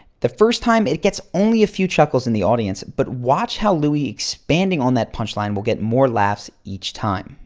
the first time, it gets only a few chuckles in the audience but watch how louis expanding on that punch line will get more laughs each time.